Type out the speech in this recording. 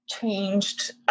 changed